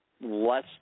less